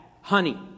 honey